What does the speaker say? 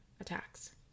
attacks